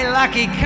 lucky